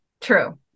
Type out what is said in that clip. True